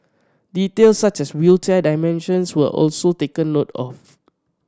details such as wheelchair dimensions were also taken note of